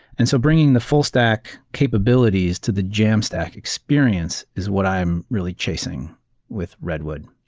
and so bringing the full stack capabilities to the jamstack experience is what i am really chasing with redwood.